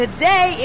Today